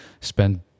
spend